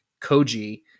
koji